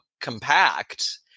compact